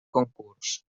concurs